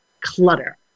clutter